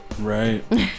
right